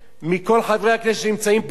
מכל חברי הכנסת שנמצאים פה,